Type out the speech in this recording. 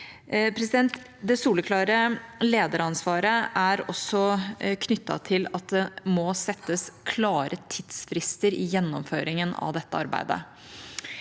Det soleklare lederansvaret er også knyttet til at det må settes klare tidsfrister i gjennomføringen av dette arbeidet.